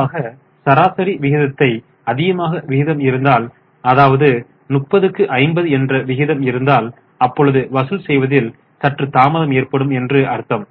பொதுவாக சராசரி விகிதத்துக்கு அதிகமாக விகிதம் இருந்தால் அதாவது 30 க்கு 50 என்ற விகிதம் இருந்தால் அப்பொழுது வசூல் செய்வதில் சற்று தாமதம் ஏற்படும் என்று அர்த்தம்